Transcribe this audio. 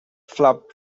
flap